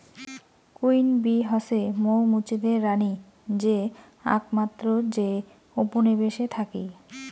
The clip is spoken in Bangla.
কুইন বী হসে মৌ মুচিদের রানী যে আকমাত্র যে উপনিবেশে থাকি